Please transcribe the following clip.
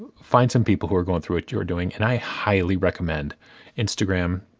find some people who are going through what you're doing, and i highly recommend instagram.